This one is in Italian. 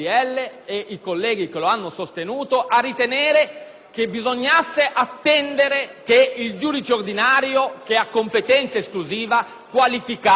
che bisognasse attendere che il giudice ordinario, che ha competenza esclusiva, qualificasse il requisito della residenza.